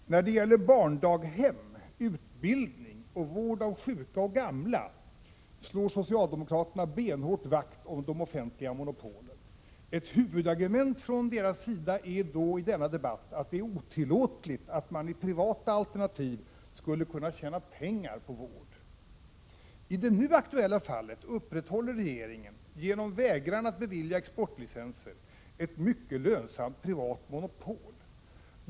Fru talman! När det gäller barndaghem, utbildning och vård av sjuka och gamla slår socialdemokraterna benhårt vakt om de offentliga monopolen. Ett huvudargument från deras sida är då i debatten att det är otillåtligt att man i privata alternativ skulle kunna tjäna pengar på vård. I det nu aktuella fallet upprätthåller regeringen, genom vägran att bevilja exportlicenser, ett mycket lönsamt privat monopol.